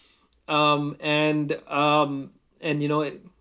um and um and you know it